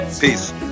Peace